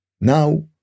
now